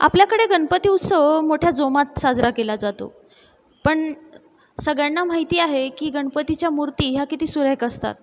आपल्याकडे गणपती उत्सव मोठ्या जोमात साजरा केला जातो पण सगळ्यांना माहिती आहे की गणपतीच्या मूर्ती ह्या किती सुरेख असतात